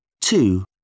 Two